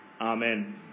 Amen